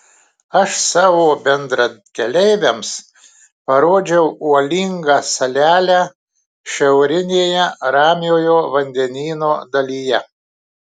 aš savo bendrakeleiviams parodžiau uolingą salelę šiaurinėje ramiojo vandenyno dalyje